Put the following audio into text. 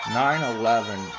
9-11